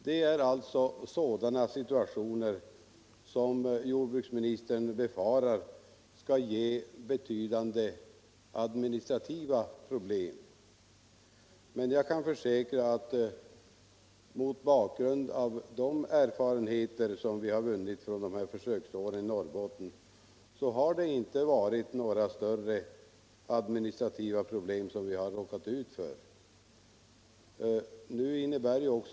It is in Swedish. Det är ju sådana situationer som jordbruksministern befarar skall vålla betydande administrativa problem, men mot bakgrund av de erfarenheter som vi har vunnit under försöksåren i Norrbotten kan jag försäkra att vi inte har råkat ut för några större administrativa problem.